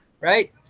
right